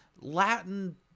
Latin